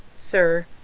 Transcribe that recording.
sir,